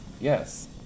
Yes